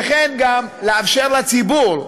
וכן לאפשר לציבור,